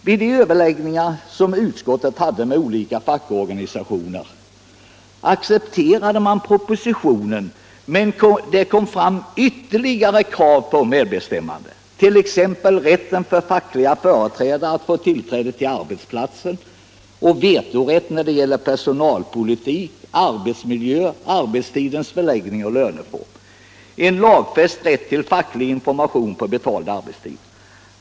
Vid de överläggningar som utskottet hade med olika fackorganisationer accepterade man propositionen, men det kom fram ytterligare krav på medbestämmanderätt, t.ex. rätten för facklig företrädare att få tillträde till arbetsplatsen och vetorätt när det gäller personalpolitiken, arbetsmiljön, arbetstidens förläggning och löneform, samt en lagfäst rätt till facklig information på betald arbetstid.